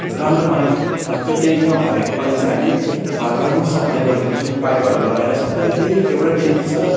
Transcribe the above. राम्रो पानी तर त्यो ट्यान्कीमा भरेको पानी चाहिँ हामी घर घरमा सप्लाई गरिदिन्छौँ पाइपहरू लगाएर सबैले त्यही एउटै ट्यान्की छ